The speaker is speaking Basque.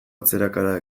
atzerakada